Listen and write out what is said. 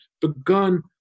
begun